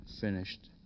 finished